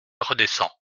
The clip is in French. redescend